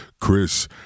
Chris